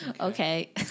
Okay